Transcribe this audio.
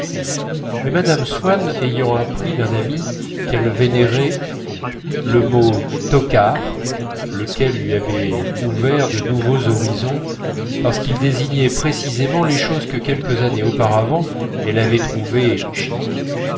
mais mme swann ayant appris d'un ami qu'elle vénérait le mot tocard lequel avait ouvert de nouveaux horizons parce qu'il désignait précisément les choses que quelques années auparavant elle avait trouvées chic